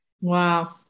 Wow